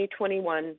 2021